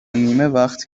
نیمهوقت